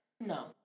No